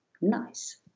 nice